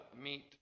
meet